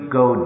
go